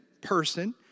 person